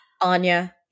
Anya